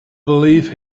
believe